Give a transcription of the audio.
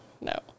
no